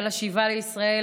על השיבה לישראל,